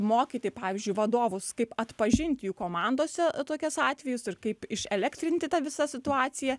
mokyti pavyzdžiui vadovus kaip atpažint jų komandose tokias atvejus ir kaip iš elektrinti tą visą situaciją